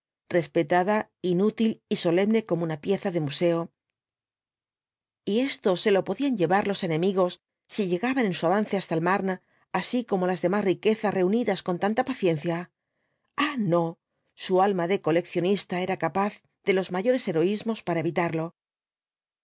respetada inútil y solemne como una pieza de museo y esto se lo podían llevar los enemigos si llegaban en su avance hasta el marne así como las demás riquezas reunidas con tanta paciencia ah no su alma de coleccionista era capaz de los mayores heroísmos para evita